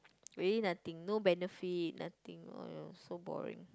really nothing no benefit nothing !aiya! so boring